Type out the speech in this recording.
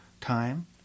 Time